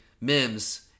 Mims